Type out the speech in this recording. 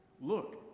Look